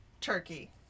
turkey